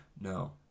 No